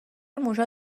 موشا